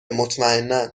مطمئنا